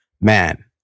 man